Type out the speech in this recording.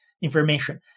information